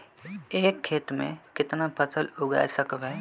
एक खेत मे केतना फसल उगाय सकबै?